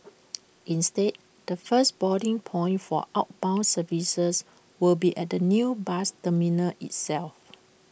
instead the first boarding point for outbound services will be at the new bus terminal itself